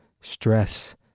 stress